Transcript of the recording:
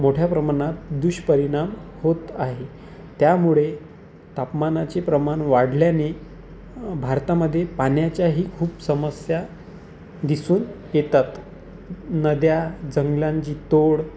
मोठ्या प्रमाणात दुष्परिणाम होत आहे त्यामुळे तापमानाचे प्रमाण वाढल्याने भारतामध्ये पाण्याच्याही खूप समस्या दिसून येतात नद्या जंगलांची तोड